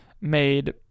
made